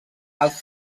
els